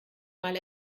mal